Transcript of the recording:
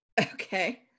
Okay